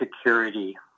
security